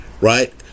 right